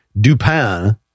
Dupin